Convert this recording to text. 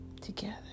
together